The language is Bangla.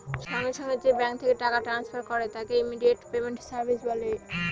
সঙ্গে সঙ্গে যে ব্যাঙ্ক থেকে টাকা ট্রান্সফার করে তাকে ইমিডিয়েট পেমেন্ট সার্ভিস বলে